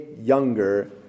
younger